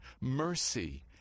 mercy